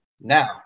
Now